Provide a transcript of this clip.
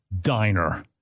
diner